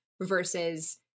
versus